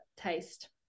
taste